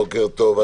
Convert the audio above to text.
בוקר טוב.